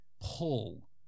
pull